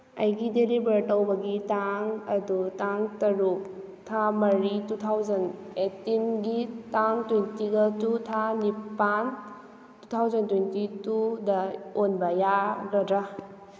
ꯑꯩꯒꯤ ꯗꯦꯂꯤꯚꯔ ꯇꯧꯕꯒꯤ ꯇꯥꯡ ꯑꯗꯨ ꯇꯥꯡ ꯇꯔꯨꯛ ꯊꯥ ꯃꯔꯤ ꯇꯨ ꯊꯥꯎꯖꯟ ꯑꯦꯠꯇꯤꯟꯒꯤ ꯇꯥꯡ ꯇ꯭ꯋꯦꯟꯇꯤꯒ ꯇꯨ ꯊꯥ ꯅꯤꯄꯥꯜ ꯇꯨ ꯇꯥꯎꯖꯟ ꯇ꯭ꯋꯦꯟꯇꯤ ꯇꯨꯗ ꯑꯣꯟꯕ ꯌꯥꯒꯗ꯭ꯔꯥ